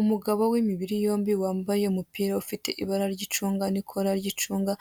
Umugabo w'imibiri yombi, wambaye umupira ufite ibara ry'icunga n'ikora ry'icunga,